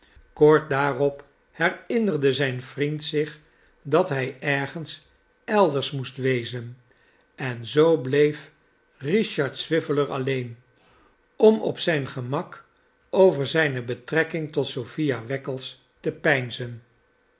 kort daarop herinnerde zijn vriend zich dat hij ergens elders moest wezen en zoo bleef richard swiveller alleen om op zijn gernak over zijne betrekking tot sophia wackles te